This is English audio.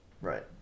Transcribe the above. Right